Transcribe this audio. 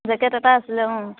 jacket এটা আছিলে